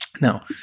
Now